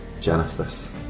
Genesis